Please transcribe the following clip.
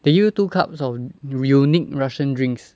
they give you two cups of unique russian drinks